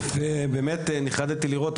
נחרדתי לראות,